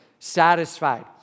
satisfied